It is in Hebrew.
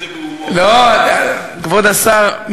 עבודה מצוינת.